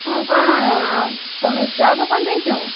ହଁ କଣ ତମେ ଚା ଦୋକାନ ଦେଇଛ